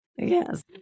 Yes